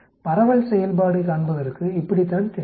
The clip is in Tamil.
பரவல் செயல்பாடு காண்பதற்கு இப்படித்தான் தெரிகிறது